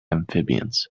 amphibians